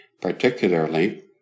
particularly